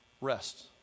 Rest